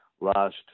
last